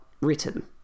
written